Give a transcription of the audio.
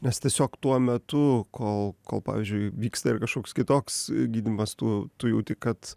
nes tiesiog tuo metu kol kol pavyzdžiui vyksta ir kažkoks kitoks gydymas tu tu jauti kad